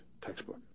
textbook